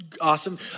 awesome